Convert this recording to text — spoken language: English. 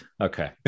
Okay